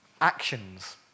actions